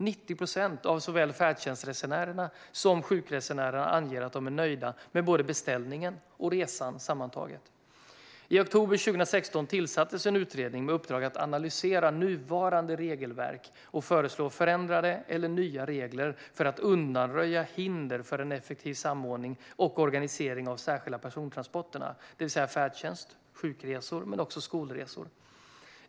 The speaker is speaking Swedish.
90 procent av såväl färdtjänstresenärerna som sjukresenärerna anger att de är nöjda med både beställningen och resan sammantaget. I oktober 2016 tillsattes en utredning med uppdrag att analysera nuvarande regelverk och föreslå förändrade eller nya regler för att undanröja hinder för en effektiv samordning och organisering av de särskilda persontransporterna, det vill säga färdtjänst, sjukresor och skolresor.